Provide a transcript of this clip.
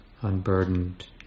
unburdened